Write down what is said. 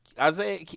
Isaiah